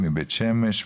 מבית שמש,